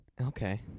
Okay